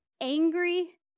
angry